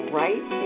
right